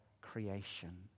creation